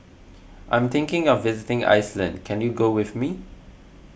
I am thinking of visiting Iceland can you go with me